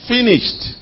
Finished